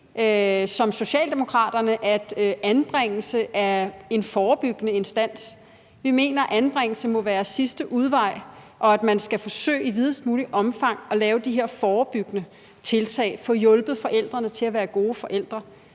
som Socialdemokraterne, at anbringelse er en forebyggende instans. Vi mener, at anbringelse må være sidste udvej, og at man skal forsøge i videst muligt omfang at lave de her forebyggende tiltag, få hjulpet forældrene til at være gode forældre,